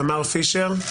תמר פישר.